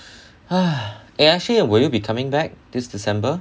actually will you be coming back this december